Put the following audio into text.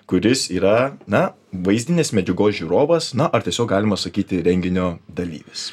kuris yra na vaizdinės medžiagos žiūrovas na ar tiesiog galima sakyti renginio dalyvis